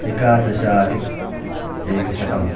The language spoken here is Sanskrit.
एकादशाधिक एकशतम्